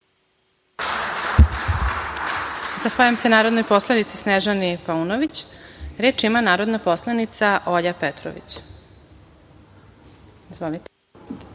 Zahvaljujem se narodnoj poslanici Snežani Paunović. Reč ima narodna poslanica Olja Petrović. **Olja